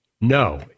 No